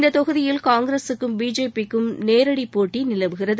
இந்தத் தொகுதியில் காங்கிரசுக்கும் பிஜேபி க்கும் நேரடி போட்டி நிலவுகிறது